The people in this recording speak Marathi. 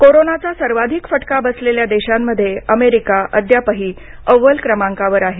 कोरोनाचा सर्वाधिक फटका बसलेल्या देशांमध्ये अमेरिका अद्यापही अव्वल क्रमांकावर आहे